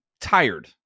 tired